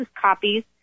copies